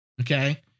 Okay